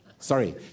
Sorry